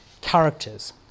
characters